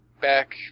back